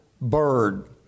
bird